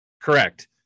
correct